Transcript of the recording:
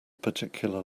particular